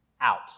out